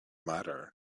matter